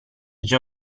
già